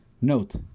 Note